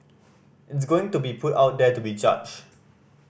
it's going to be put out there to be judged